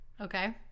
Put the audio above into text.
Okay